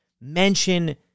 Mention